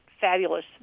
fabulous